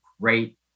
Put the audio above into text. great